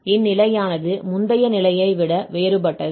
இந்நிலையானது முந்தைய நிலையை விட வேறுபட்டது